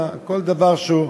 כל דבר שהוא,